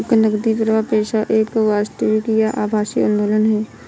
एक नकदी प्रवाह पैसे का एक वास्तविक या आभासी आंदोलन है